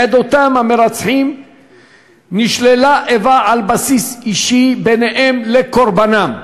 בעדות המרצחים נשללה איבה על בסיס אישי בינם לבין קורבנם.